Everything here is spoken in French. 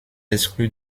exclu